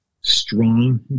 strong